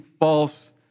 false